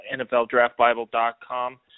nfldraftbible.com